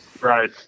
right